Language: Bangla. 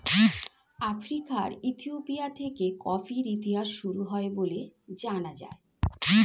আফ্রিকার ইথিওপিয়া থেকে কফির ইতিহাস শুরু হয় বলে জানা যায়